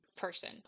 person